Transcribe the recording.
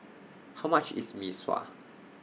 How much IS Mee Sua